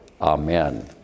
Amen